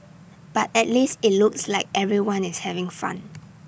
but at least IT looks like everyone is having fun